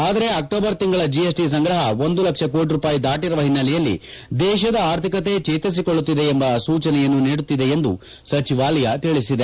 ಆದರೆ ಅಕ್ಟೋಬರ್ ತಿಂಗಳ ಜಿಎಸ್ಟಿ ಸಂಗ್ರಹ ಒಂದು ಲಕ್ಷ ಕೋಟಿ ರೂಪಾಯಿ ದಾಟಿರುವ ಹಿನ್ತೆಲೆಯಲ್ಲಿ ದೇಶದ ಆರ್ಥಿಕತೆ ಚೇತರಿಸಿಕೊಳ್ಳುತ್ತಿದೆ ಎಂಬ ಸೂಚನೆಯನ್ತು ನೀಡುತ್ತಿದೆ ಎಂದು ಸಚಿವಾಲಯ ತಿಳಿಸಿದೆ